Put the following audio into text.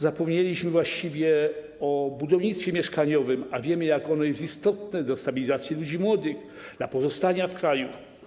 Zapomnieliśmy właściwie o budownictwie mieszkaniowym, a wiemy, jak ono jest istotne dla stabilizacji ludzi młodych, dla pozostania w kraju.